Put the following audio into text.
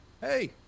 hey